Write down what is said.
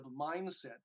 mindset